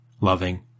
loving